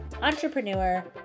entrepreneur